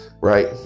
right